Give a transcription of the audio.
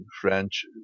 French